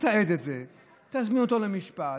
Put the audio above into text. תעד את זה ותזמין אותו למשפט.